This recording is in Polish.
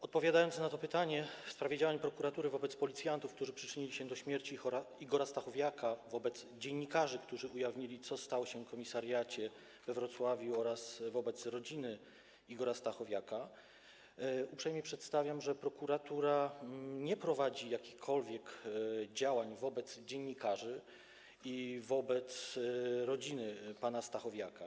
Odpowiadając na pytanie w sprawie działań prokuratury wobec policjantów, którzy przyczynili się do śmierci Igora Stachowiaka, wobec dziennikarzy, którzy ujawnili, co się stało na komisariacie we Wrocławiu, oraz wobec rodziny Igora Stachowiaka, uprzejmie informuję, że prokuratura nie prowadzi jakichkolwiek działań wobec dziennikarzy ani wobec rodziny pana Stachowiaka.